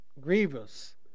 Grievous